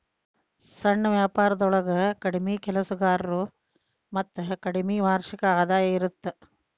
ಸಣ್ಣ ವ್ಯಾಪಾರೊಳಗ ಕಡ್ಮಿ ಕೆಲಸಗಾರರು ಮತ್ತ ಕಡ್ಮಿ ವಾರ್ಷಿಕ ಆದಾಯ ಇರತ್ತ